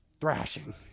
thrashing